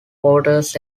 porters